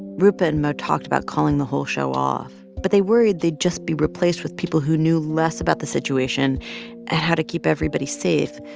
roopa and mo talked about calling the whole show off. but they worried they'd just be replaced with people who knew less about the situation and ah how to keep everybody safe.